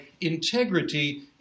integrity